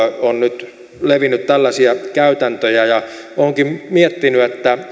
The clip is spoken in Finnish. on nyt levinnyt tällaisia käytäntöjä ja olenkin miettinyt